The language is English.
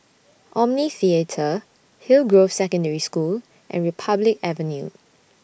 Omni Theatre Hillgrove Secondary School and Republic Avenue